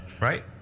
Right